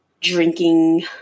drinking